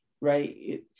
right